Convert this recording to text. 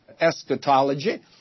eschatology